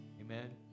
Amen